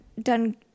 done